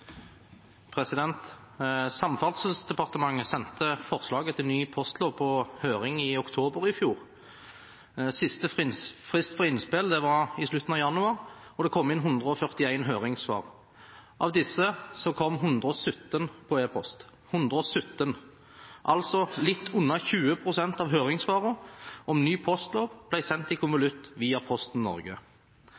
Samferdselsdepartementet sendte forslaget til ny postlov på høring i oktober i fjor. Siste frist for innspill var i slutten av januar, og det kom inn 141 høringssvar. Av disse kom 117 på e-post – 117! Altså litt under 20 pst. av høringssvarene om ny postlov ble sendt i konvolutt via Posten Norge.